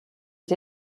est